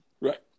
Right